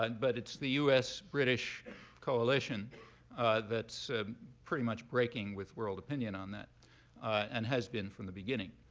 and but it's the us-british coalition that's pretty much breaking with world opinion on that and has been from the beginning.